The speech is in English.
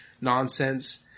Nonsense